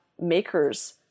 makers